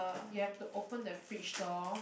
you have to open the fridge door